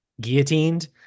guillotined